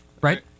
right